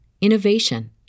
innovation